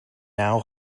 now